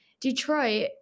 Detroit